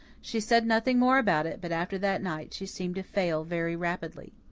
she said nothing more about it but after that night she seemed to fail very rapidly.